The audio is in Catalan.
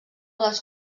les